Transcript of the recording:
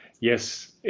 Yes